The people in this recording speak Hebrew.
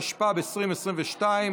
התשפ"ב 2022,